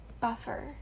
buffer